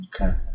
Okay